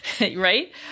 Right